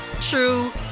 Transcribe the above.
true